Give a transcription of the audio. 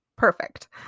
Perfect